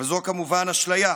אבל זאת, כמובן, אשליה,